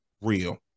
real